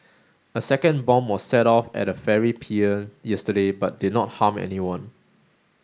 a second bomb was set off at a ferry pier yesterday but did not harm anyone